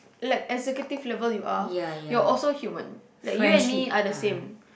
like as executive level you are you're also human like you and me are the same